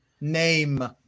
name